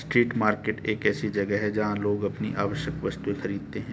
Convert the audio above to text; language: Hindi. स्ट्रीट मार्केट एक ऐसी जगह है जहां लोग अपनी आवश्यक वस्तुएं खरीदते हैं